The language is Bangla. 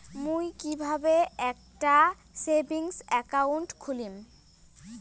মুই কিভাবে একটা সেভিংস অ্যাকাউন্ট খুলিম?